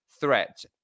threat